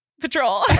Patrol